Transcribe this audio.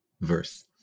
verse